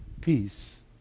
peace